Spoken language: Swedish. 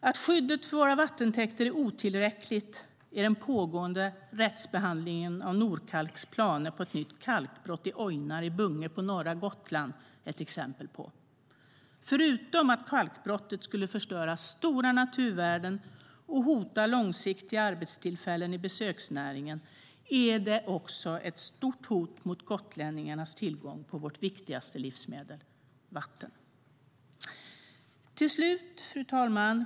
Att skyddet för våra vattentäkter är otillräckligt är den pågående rättsbehandlingen av Nordkalks planer på ett nytt kalkbrott i Ojnare i Bunge på norra Gotland ett exempel på. Förutom att kalkbrottet skulle förstöra stora naturvärden och hota långsiktiga arbetstillfällen i besöksnäringen är det också ett stort hot mot gotlänningarnas tillgång på vårt viktigaste livsmedel - vatten. Fru talman!